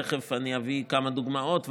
תכף אני אביא כמה דוגמאות,